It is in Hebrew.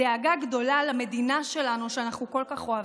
דאגה גדולה למדינה שלנו שאנחנו כל כך אוהבים.